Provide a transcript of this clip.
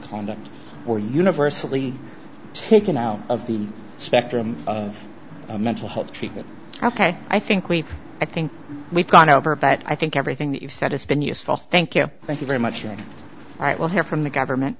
conduct or universally taken out of the spectrum of mental health treatment ok i think we i think we've gone over but i think everything that you've said has been useful thank you thank you very much you're right we'll hear from the government